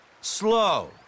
Slow